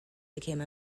became